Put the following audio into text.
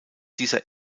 dieser